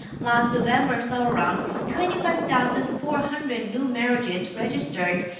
last november saw around twenty five thousand four hundred new marriages registered.